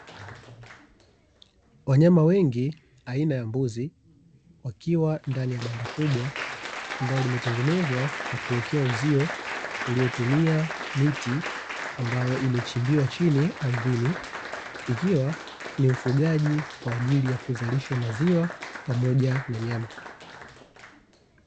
Wanyama wengi aina ya mbuzi wakiwa ndani ya banda kubwa ambalo limetengenezwa kwa kuwekewa uzio uliotumia miti ambayo imechimbiwa chini ardhini, ikiwa ni ufugaji kwaajili ya kuzalisha maziwa pamoja na nyama.